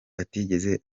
atigeze